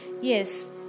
yes